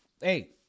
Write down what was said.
hey